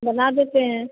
बना देते हैं